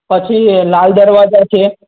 પછી એ લાલ દરવાજા છે